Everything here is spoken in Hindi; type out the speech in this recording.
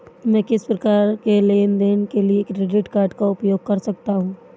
मैं किस प्रकार के लेनदेन के लिए क्रेडिट कार्ड का उपयोग कर सकता हूं?